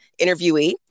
interviewee